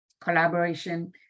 Collaboration